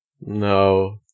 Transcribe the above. no